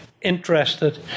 interested